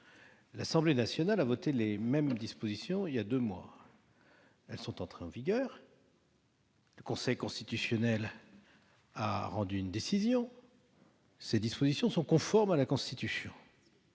l'Assemblée nationale a votées voilà deux mois. Elles sont entrées en vigueur. Le Conseil constitutionnel a rendu une décision : ces dispositions sont conformes à la Constitution.